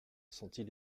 sentit